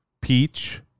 peach